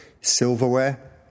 Silverware